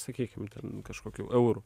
sakykim ten kažkokių eurų